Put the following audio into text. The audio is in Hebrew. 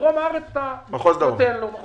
ואתה נותן לו.